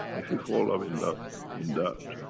if you fall loving love in that,